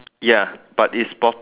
ya but it's bottom